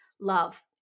love